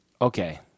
Okay